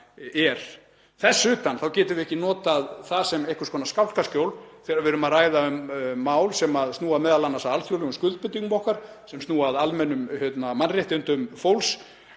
Þess utan getum við ekki notað það sem einhvers konar skálkaskjól, þegar við erum að ræða um mál sem snúa m.a. að alþjóðlegum skuldbindingum okkar, sem snúa að almennum mannréttindum fólks,